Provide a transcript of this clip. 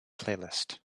playlist